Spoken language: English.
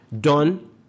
done